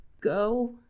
go